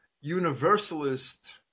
universalist